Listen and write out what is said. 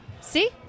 See